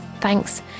Thanks